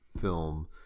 film